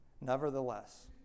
Nevertheless